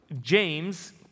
James